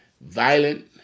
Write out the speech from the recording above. violent